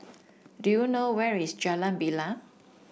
do you know where is Jalan Bilal